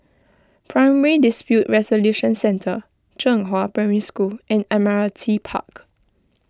Primary Dispute Resolution Centre Zhenghua Primary School and Admiralty Park